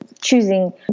choosing